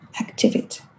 activity